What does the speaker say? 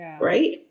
Right